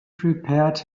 prepared